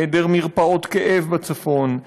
היעדר מרפאות כאב בצפון,